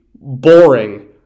boring